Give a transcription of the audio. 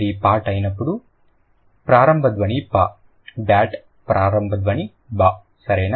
అది పాట్ అయినప్పుడు ప్రారంభ ధ్వని ప బ్యాట్ ప్రారంభ ధ్వని బ సరేనా